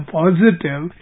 positive